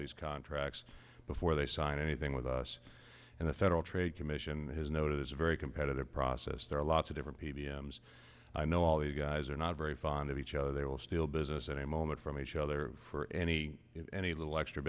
these contracts before they sign anything with us and the federal trade commission has noted it's a very competitive process there are lots of different p v m's i know all these guys are not very fond of each other they will steal business in a moment from each other for any any little extra